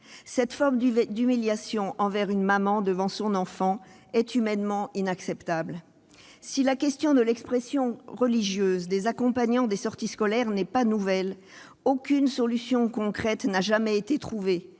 Cette forme d'humiliation envers une maman devant son enfant est humainement inacceptable ! Si la question de l'expression religieuse des accompagnants de sorties scolaires n'est pas nouvelle, aucune solution concrète n'a jamais été trouvée